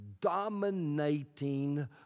dominating